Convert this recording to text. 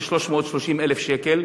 כ-330,000 שקלים,